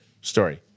story